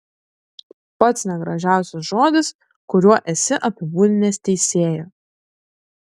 pats negražiausias žodis kuriuo esi apibūdinęs teisėją